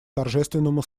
торжественному